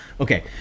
okay